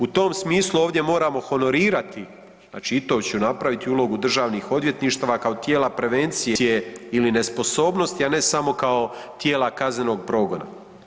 U tom smislu ovdje moramo honorirati, znači i to ću napraviti i ulogu državnih odvjetništava kao tijela prevencije korupcije ili nesposobnosti, a ne samo kao tijela kaznenog progona.